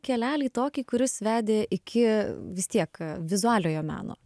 kelelį tokį kuris vedė iki vis tiek a vizualiojo meno